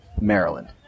Maryland